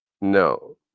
No